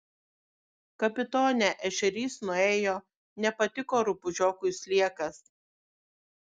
kapitone ešerys nuėjo nepatiko rupūžiokui sliekas